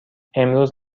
امروز